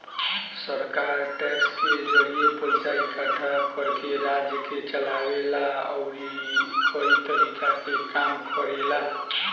सरकार टैक्स के जरिए पइसा इकट्ठा करके राज्य के चलावे ला अउरी कई तरीका के काम करेला